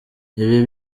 ibi